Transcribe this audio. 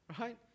Right